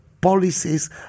policies